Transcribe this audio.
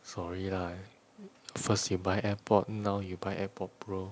sorry lah first you buy AirPods now you buy AirPods Pro